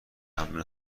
امن